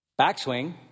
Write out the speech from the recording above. backswing